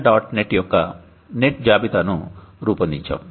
net యొక్కనెట్ జాబితాను రూపొందించాము